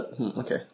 Okay